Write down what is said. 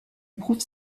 prouve